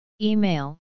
Email